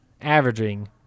averaging